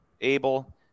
Abel